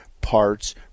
parts